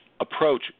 approach